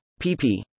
pp